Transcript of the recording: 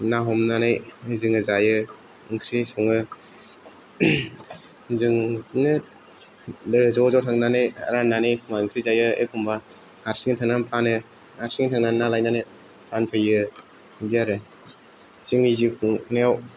ना हमनानै जोङो जायो ओंख्रि सङो जों बिदिनो बे ज' ज' थांनानै रान्नानै एखम्बा ओंख्रि जायो एखम्बा हारसिं आन्थानो थाङो हारसिं थांनानै ना लायनानै फानफैयो बिदि आरो जोंनि जिउ खुंनायाव